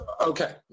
Okay